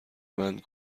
مند